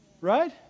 Right